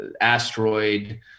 asteroid